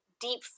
deep